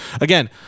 Again